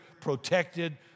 protected